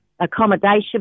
accommodation